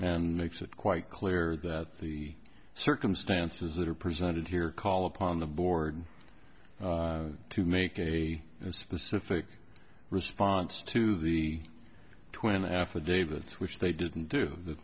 and makes it quite clear that the circumstances that are presented here call upon the board to make a specific response to the twenty affidavits which they didn't do